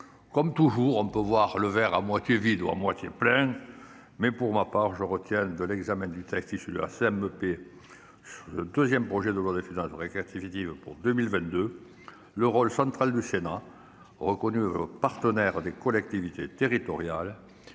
Comme toujours, on peut voir le verre à moitié vide ou à moitié plein. Pour ma part, je retiens de l'examen du texte issu de la CMP sur le deuxième projet de loi de finances rectificative pour 2022 le rôle central du Sénat, reconnu comme partenaire des collectivités territoriales.